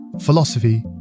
philosophy